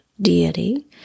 deity